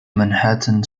manhattan